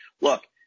Look